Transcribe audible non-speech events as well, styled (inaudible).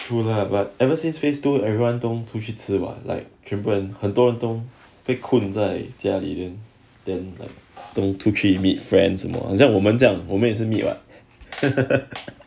true lah but ever since phase two everyone 捅出去吃吧 like 全部人很多人都被困个在家里 then then like (laughs)